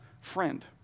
friend